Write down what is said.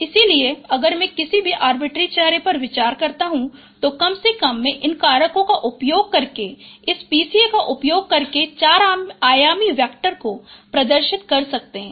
इसलिए अगर मैं किसी भी अर्बिटरी चेहरे पर विचार करता हूं तो कम से कम मैं इन कारकों का उपयोग करके इस PCA का उपयोग करके चार आयामी वेक्टर को प्रदर्शित कर सकते हैं